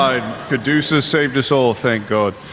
caduceus saved us all, thank god.